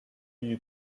you